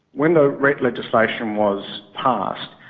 when the ret legislation was passed,